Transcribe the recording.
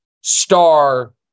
star